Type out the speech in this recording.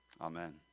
Amen